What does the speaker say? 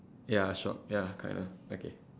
ya shocked ya correct correct lah okay